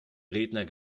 redner